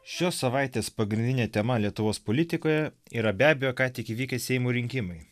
šios savaitės pagrindinė tema lietuvos politikoje yra be abejo ką tik įvykę seimo rinkimai